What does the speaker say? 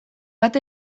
bat